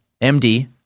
MD